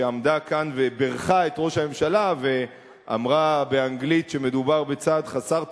שעמדה כאן ובירכה את ראש הממשלה ואמרה באנגלית שמדובר בצעד חסר תקדים,